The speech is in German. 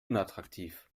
unattraktiv